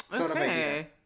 Okay